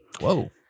Whoa